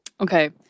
Okay